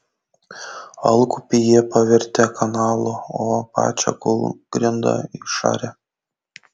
alkupį jie pavertė kanalu o pačią kūlgrindą išarė